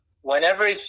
Whenever